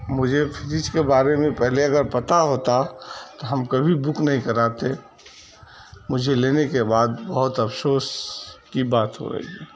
مجھے فریج کے بارے میں پہلے اگر پتا ہوتا تو ہم کبھی بک نہیں کراتے مجھے لینے کے بعد بہت افسوس کی بات ہو گئی